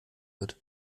wird